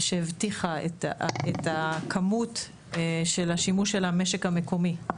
שהבטיחה את הכמות של השימוש של המשק המקומי.